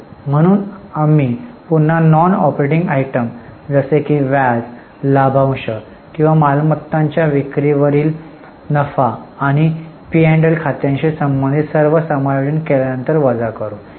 म्हणून आम्ही पुन्हा नॉन ऑपरेटिंग आयटम जसे की व्याज लाभांश किंवा मालमत्तांच्या विक्री वरील नफा आणि पी आणि एल खात्याशी संबंधित सर्व समायोजन केल्यानंतर वजा करू